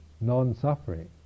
non-suffering